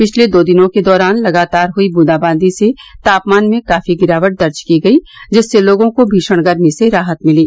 पिछले दो दिनों के दौरान लगातार हुई ब्रेदाबांदी से तापमान में काफी गिरावट दर्ज की गयी जिससे लोगों को भीषण गर्मी से राहत मिली